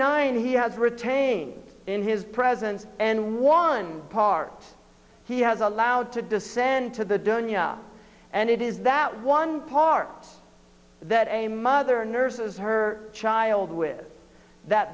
nine he has retained in his presence and one part he has allowed to descend to the donya and it is that one part that a mother nurses her child with that